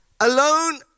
Alone